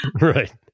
Right